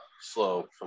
slow